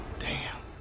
damn!